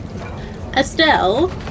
Estelle